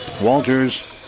Walters